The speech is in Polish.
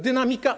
Dynamika?